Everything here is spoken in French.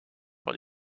par